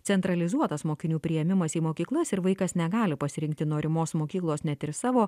centralizuotas mokinių priėmimas į mokyklas ir vaikas negali pasirinkti norimos mokyklos net ir savo